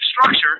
structure